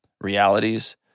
realities